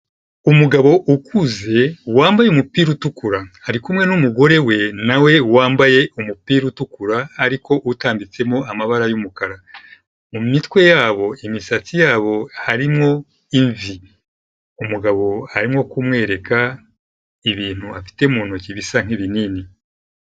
Umugabo ukuze, wambaye umupira utukura. Ari kumwe n'umugore we, nawe wambaye umupira utukura, ariko utambitsemo amabara y'umukara. Mu mitwe yabo, imisatsi yabo, harimwo imvi. Umugabo harimo kumwereka, ibintu afite mu ntoki bisa nk'ibinini.